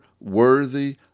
worthy